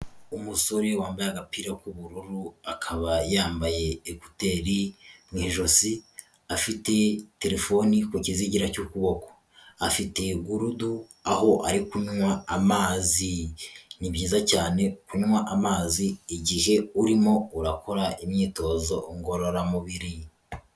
Umusore wambaye agapira k'ubururu akaba yambaye ekuteri mu ijosi afite telefoni ku kizigira cy'ukuboko, afite gurudu aho ari kunywa amazi, ni byiza cyane kunywa amazi igihe urimo urakora imyitozo ngororamubiri.